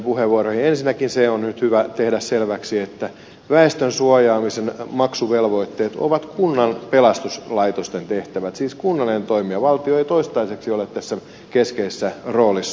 ensinnäkin se on nyt hyvä tehdä selväksi että väestön suojaamisen maksuvelvoitteet ovat kunnan pelastuslaitosten tehtävät siis kunnallinen toimija valtio ei toistaiseksi ole tässä keskeisessä roolissa